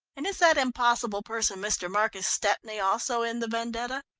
and is that impossible person, mr. marcus stepney, also in the vendetta?